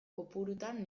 kopurutan